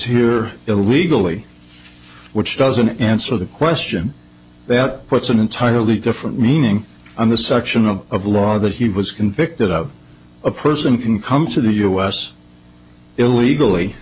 here illegally which doesn't answer the question that puts an entirely different meaning on the section of the law that he was convicted of a person can come to the u s illegally